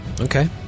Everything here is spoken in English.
Okay